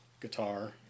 guitar